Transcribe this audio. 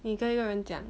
你跟一个人讲